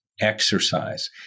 exercise